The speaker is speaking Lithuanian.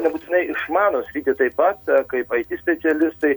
nebūtinai išmano sritį taip pat kaip aity specialistai